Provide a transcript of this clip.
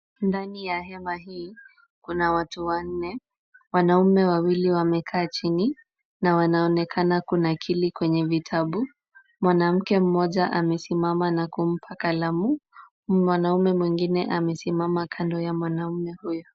Ndani ya hema hii kuna watu wanne. Wanaume wawili wamekaa chini na wanaonekana kunakili kwenye vitabu. Mwanamke mmoja amesimama na kumpa kalamu. Mwanaume mwengine amesimama kando ya mwanaume huyo.